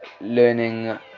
learning